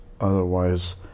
otherwise